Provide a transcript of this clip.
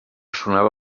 sonava